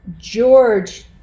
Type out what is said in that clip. George